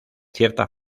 cierta